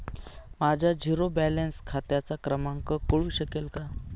माझ्या zero balance खात्याचा क्रमांक कळू शकेल का?